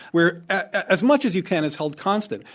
where as much as you can is held constant.